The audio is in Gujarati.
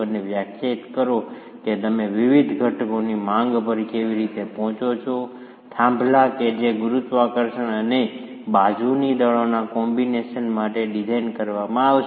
અને વ્યાખ્યાયિત કરો કે તમે વિવિધ ઘટકોની માંગ પર કેવી રીતે પહોંચો છો થાંભલા કે જે ગુરુત્વાકર્ષણ અને બાજુની દળોના કોમ્બીનેશન માટે ડિઝાઇન કરવામાં આવશે